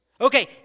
Okay